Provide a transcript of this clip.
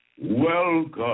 Welcome